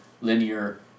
linear